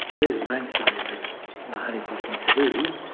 these are mainstays of the honey possums' food.